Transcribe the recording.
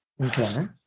Okay